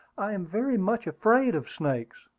i am very much afraid of snakes,